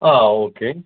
ആ ഓക്കെ